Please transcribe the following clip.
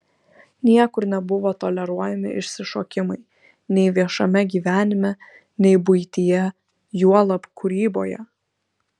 niekur nebuvo toleruojami išsišokimai nei viešame gyvenime nei buityje juolab kūryboje